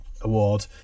Award